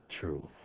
true